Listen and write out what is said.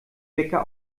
wecker